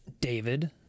David